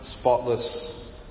spotless